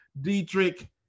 Dietrich